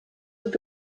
ook